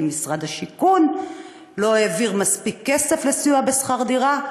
כי משרד השיכון לא העביר מספיק כסף לסיוע בשכר דירה,